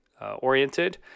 oriented